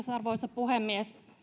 arvoisa puhemies